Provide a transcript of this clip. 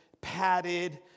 padded